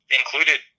included